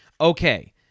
okay